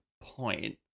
point